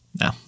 No